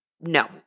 No